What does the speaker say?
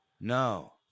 No